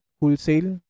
wholesale